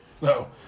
No